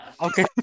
Okay